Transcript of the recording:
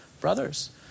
brothers